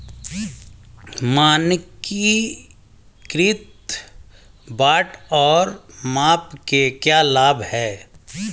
मानकीकृत बाट और माप के क्या लाभ हैं?